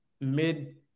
mid